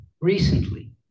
recently